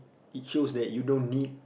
it shows that you don't need